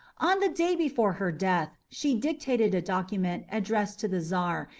on the day before her death she dictated a document addressed to the czar,